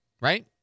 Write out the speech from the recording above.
right